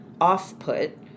off-put